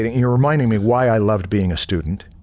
you are reminding me why i loved being a student,